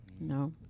No